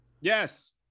Yes